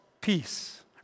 peace